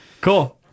Cool